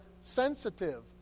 sensitive